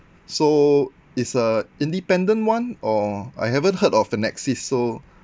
so it's a independent one or I haven't heard of finexis so